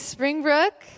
Springbrook